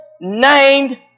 named